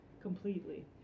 completely